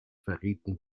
verrieten